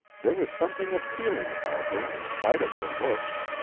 there was something appealing about her in spite of her looks.